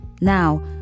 Now